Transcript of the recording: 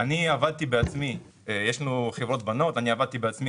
יש לנו חברות בנות ואני עבדתי בעצמי